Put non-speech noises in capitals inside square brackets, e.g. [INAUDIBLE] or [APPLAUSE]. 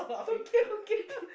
okay okay [LAUGHS]